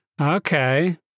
Okay